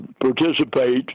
participate